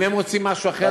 אם הם רוצים משהו אחר,